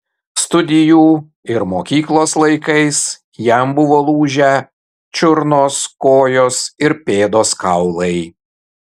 studijų ir mokyklos laikais jam buvo lūžę čiurnos kojos ir pėdos kaulai